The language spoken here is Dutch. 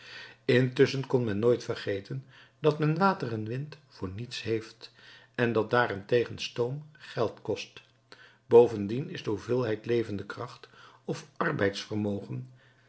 intusschen kon men nooit vergeten dat men water en wind voor niets heeft en dat daarentegen stoom geld kost bovendien is de hoeveelheid levende kracht of